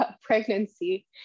pregnancy